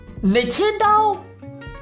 Nintendo